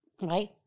right